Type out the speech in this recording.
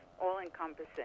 all-encompassing